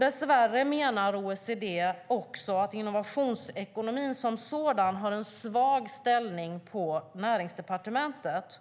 Dessvärre menar OECD att innovationsekonomin som sådan har en svag ställning på Näringsdepartementet.